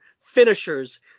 Finishers